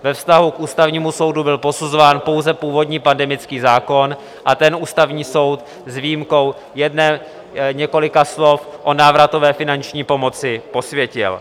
Ve vztahu k Ústavnímu soudu byl posuzován pouze původní pandemický zákon a ten Ústavní soud s výjimkou několika slov o návratové finanční pomoci posvětil.